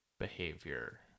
behavior